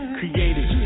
created